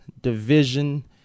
division